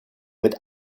mit